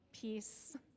Peace